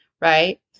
right